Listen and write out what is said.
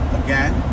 again